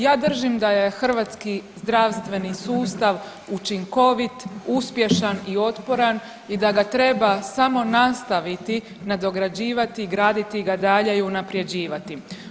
Ja držim da je hrvatski zdravstveni sustav učinkovit, uspješan i otporan i da ga treba samo nastaviti nadograđivati i graditi ga dalje i unaprjeđivati.